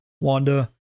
Wanda